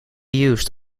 used